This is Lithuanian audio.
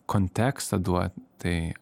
kontekstą duot tai